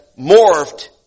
morphed